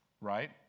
Right